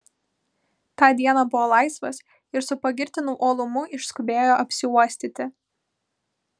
tą dieną buvo laisvas ir su pagirtinu uolumu išskubėjo apsiuostyti